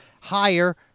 higher